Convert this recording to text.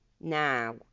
now